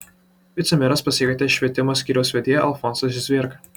vicemeras pasikvietė švietimo skyriaus vedėją alfonsą zvėrką